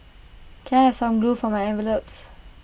can I have some glue for my envelopes